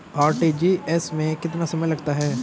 RTGS में कितना समय लगता है?